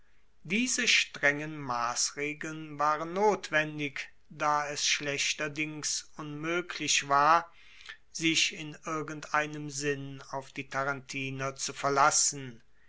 diese strengen massregeln waren notwendig da es schlechterdings unmoeglich war sich in irgendeinem sinn auf die tarentiner zu verlassen